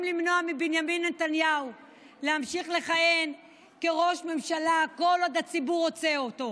למנוע מבנימין נתניהו להמשיך לכהן כראש ממשלה כל עוד הציבור רוצה אותו.